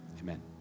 Amen